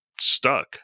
stuck